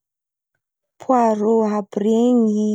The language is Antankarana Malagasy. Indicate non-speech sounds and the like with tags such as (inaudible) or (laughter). (hesitation) poarô àby ren̈y.